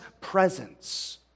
presence